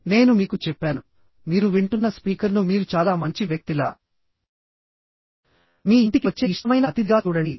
నేను మీకు చెప్పాను మీరు వింటున్న స్పీకర్ను మీరు చాలా మంచి వ్యక్తిలా మీ ఇంటికి వచ్చే ఇష్టమైన అతిథి గా చూడండి